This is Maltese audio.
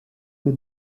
minn